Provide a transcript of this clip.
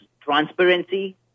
transparency